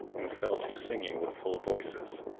and fell to singing with full voices,